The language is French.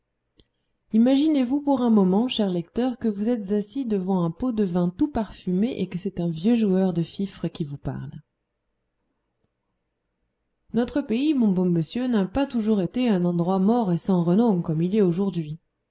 imaginez-vous pour un moment chers lecteurs que vous êtes assis devant un pot de vin tout parfumé et que c'est un vieux joueur de fifre qui vous parle notre pays mon bon monsieur n'a pas toujours été un endroit mort et sans renom comme il est aujourd'hui